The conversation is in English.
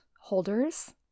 holders